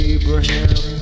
Abraham